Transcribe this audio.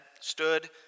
stood